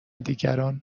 دیگران